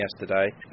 yesterday